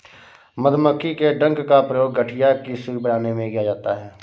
मधुमक्खी के डंक का प्रयोग गठिया की सुई बनाने में किया जाता है